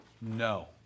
No